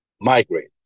migrate